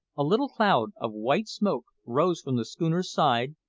a little cloud of white smoke rose from the schooner's side,